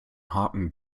haken